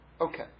Okay